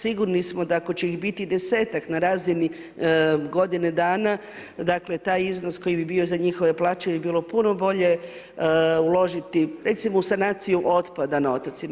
Sigurni smo da ako će ih biti 10-tak na razini godine dana, dakle, taj iznos koji bi bio za njihove plaće bi bilo puno bolje uložiti, recimo, u sanaciju otpada na otocima.